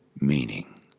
meaning